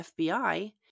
FBI